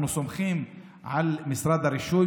אנחנו סומכים על משרד הרישוי.